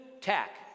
tack